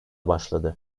başladı